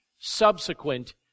subsequent